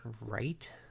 right